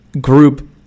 group